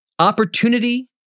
Opportunity